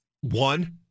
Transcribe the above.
one